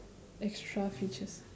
extra features